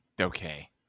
Okay